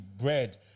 bread